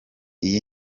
iyi